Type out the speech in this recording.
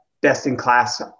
best-in-class